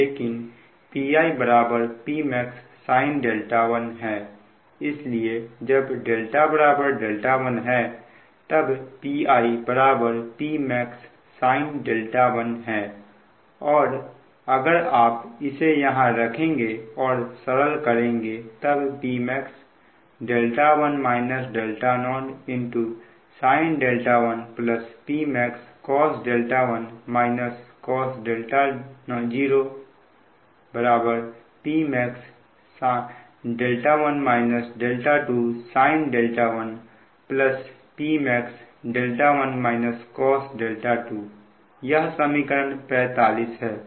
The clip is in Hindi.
लेकिन Pi Pmax sin 1 है इसलिए जब δ 1है तब Pi बराबर Pmax sin 1 है और अगर आप इसे यहां रखेंगे और सरल करेंगे तब Pmax1 0 sin 1 Pmaxcos 1 cos 0 Pmax1 2 sin 1 Pmax1 cos 2 यह समीकरण 45 है